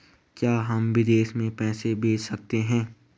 क्या हम विदेश में पैसे भेज सकते हैं?